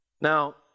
Now